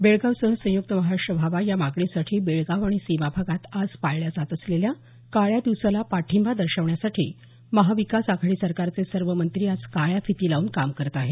बेळगावसह संयुक्त महाराष्ट्र व्हावा या मागणीसाठी बेळगाव आणि सीमाभागात आज पाळल्या जात असलेल्या काळ्या दिवसाला पाठिंबा दर्शवण्यासाठी महाविकास आघाडी सरकारचे सर्व मंत्री आज काळ्या फिती बांधून काम करत आहेत